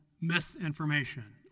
misinformation